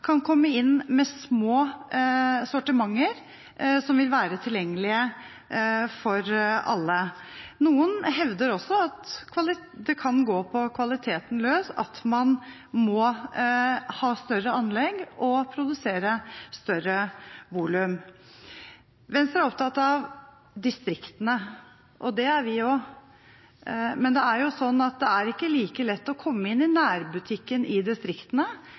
kan komme inn med små sortimenter, som vil være tilgjengelige for alle. Noen hevder også at det kan gå på kvaliteten løs at man må ha større anlegg og produsere større volum. Venstre er opptatt av distriktene, og det er vi også. Men det er ikke like lett for bryggeriene å komme inn i nærbutikken i distriktene